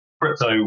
crypto